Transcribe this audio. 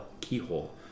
keyhole